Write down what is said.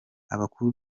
abakuru